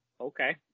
Okay